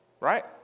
right